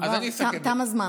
תם הזמן.